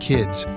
Kids